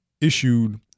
issued